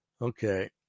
Okay